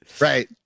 right